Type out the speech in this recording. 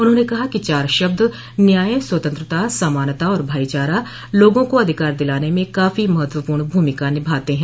उन्होंने कहा कि चार शब्द न्याय स्वतंत्रता समानता और भाईचारा लोगों को अधिकार दिलाने में काफी महत्वपूर्ण भूमिका निभाते हैं